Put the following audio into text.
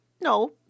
No